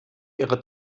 ihre